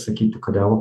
sakyti kodėl